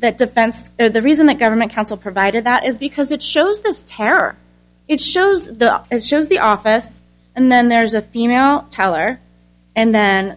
that defense the reason the government counsel provided that is because it shows those terror it shows the up it shows the office and then there's a female teller and then